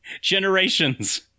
generations